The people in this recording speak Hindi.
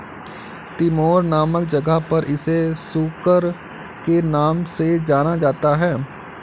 तिमोर नामक जगह पर इसे सुकर के नाम से जाना जाता है